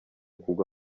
kugwa